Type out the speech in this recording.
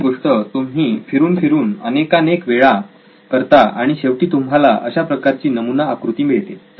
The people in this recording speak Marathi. एखादी गोष्ट तुम्ही परत फिरून फिरून अनेकानेक वेळा करता आणि शेवटी तुम्हाला अशा प्रकारची नमुना आकृती मिळते